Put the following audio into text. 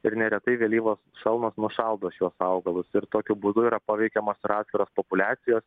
ir neretai vėlyvos šalnos nušaldo šiuos augalus ir tokiu būdu yra paveikiamos ir atviros populiacijos